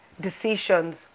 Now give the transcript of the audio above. decisions